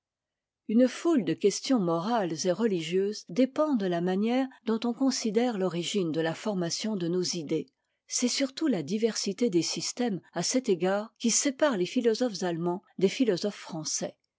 une foule dé questions morales et religieuses dépendent de la manière dont on considère l'origine de là formation de nos idées c'est surtout la diversité des systèmes à cet égard qui sépare les philosophes allemands des philosophes français